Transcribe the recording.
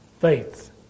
Faith